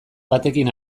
batekin